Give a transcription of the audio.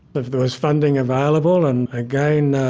but if there was funding available and, again,